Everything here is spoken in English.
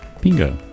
Bingo